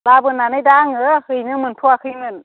लाबोनानै दा आङो हैनो मोनथ'वाखैमोन